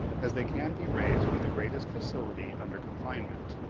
as they can be raised with the greatest facility under confinement.